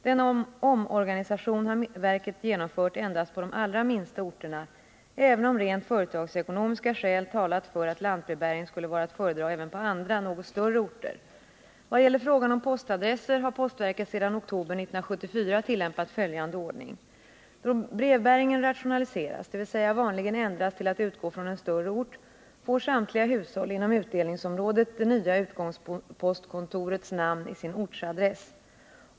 Denna omorganisation har verket genomfört endast på de allra minsta orterna även om rent företagsekonomiska skäl talat för att lantbrevbäring skulle vara att föredra även på andra, något större orter. Vad gäller frågan om postadresser har postverket sedan oktober 1974 tillämpat följande ordning. Då brevbäringen rationaliseras, dvs. vanligen ändras till att utgå från en större ort, får samtliga hushåll inom utdelningsområdet det nya utgångspostkontorets namn i sin ortsadress.